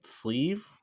sleeve